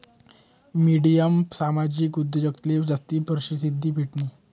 मिडियामा सामाजिक उद्योजकताले जास्ती परशिद्धी भेटनी